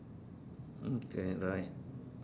okay right